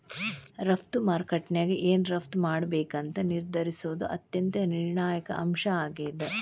ರಫ್ತು ಮಾರುಕಟ್ಯಾಗ ಏನ್ ರಫ್ತ್ ಮಾಡ್ಬೇಕಂತ ನಿರ್ಧರಿಸೋದ್ ಅತ್ಯಂತ ನಿರ್ಣಾಯಕ ಅಂಶ ಆಗೇದ